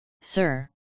sir